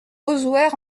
auzouer